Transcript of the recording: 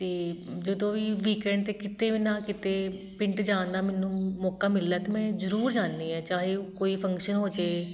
ਅਤੇ ਜਦੋਂ ਵੀ ਵੀਕਐਂਡ 'ਤੇ ਕਿਤੇ ਨਾ ਕਿਤੇ ਪਿੰਡ ਜਾਣ ਦਾ ਮੈਨੂੰ ਮੌਕਾ ਮਿਲਦਾ ਅਤੇ ਮੈਂ ਜ਼ਰੂਰ ਜਾਂਦੀ ਹਾਂ ਚਾਹੇ ਕੋਈ ਫੰਕਸ਼ਨ ਹੋ ਜੇ